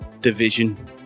division